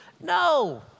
No